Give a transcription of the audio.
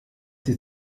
die